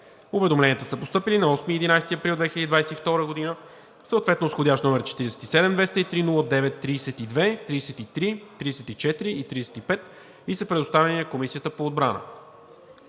Уведомленията са постъпили на 8 и 11 април 2022 г., съответно с вх. № 47-203-09-32, 33, 34 и 35, и са предоставени на Комисията по отбрана.